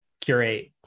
curate